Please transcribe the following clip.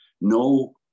no